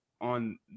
on